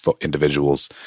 individuals